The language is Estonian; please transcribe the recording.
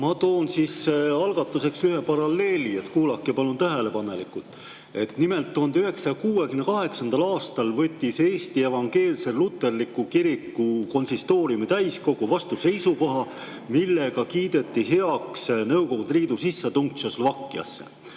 Ma toon algatuseks ühe paralleeli. Kuulake palun tähelepanelikult. Nimelt, 1968. aastal võttis Eesti Evangeelse Luterliku Kiriku konsistooriumi täiskogu vastu seisukoha, millega kiideti heaks Nõukogude Liidu sissetung Tšehhoslovakkiasse.